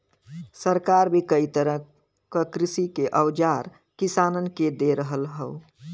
सरकार भी कई तरह क कृषि के औजार किसानन के दे रहल हौ